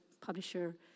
publisher